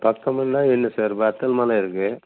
பக்கமென்னா என்ன சார் வத்தல்மலை இருக்குது